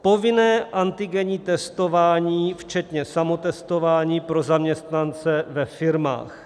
Povinné antigenní testování včetně samotestování pro zaměstnance ve firmách.